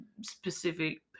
specific